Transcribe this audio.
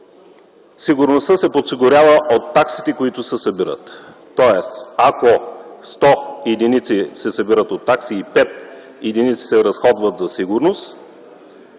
сигурността се подсигурява от таксите, които се събират. Тоест ако 100 единици се събират от такси и 5 единици се разходват за сигурност,